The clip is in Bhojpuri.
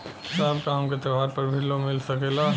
साहब का हमके त्योहार पर भी लों मिल सकेला?